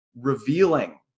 revealing